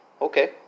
Okay